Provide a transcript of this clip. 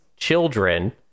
children